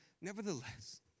Nevertheless